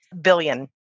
Billion